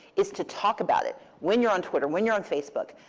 is to talk about it. when you're on twitter, when you're on facebook,